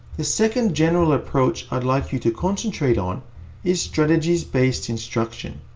the second general approach i'd like you to concentrate on is strategies-based instruction.